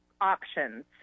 options